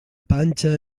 panxa